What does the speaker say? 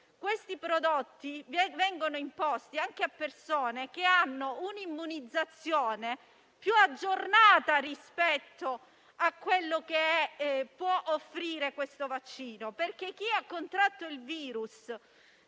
Questi prodotti vengono imposti anche a persone che hanno una immunizzazione più aggiornata rispetto a quella che può offrire questo vaccino. Non si può, infatti,